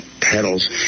pedals